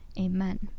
Amen